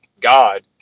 God